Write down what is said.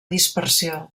dispersió